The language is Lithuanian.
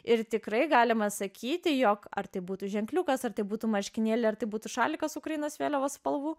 ir tikrai galima sakyti jog ar tai būtų ženkliukas ar tai būtų marškinėliai ar tai būtų šalikas ukrainos vėliavos spalvų